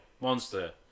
Monster